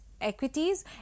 equities